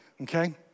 Okay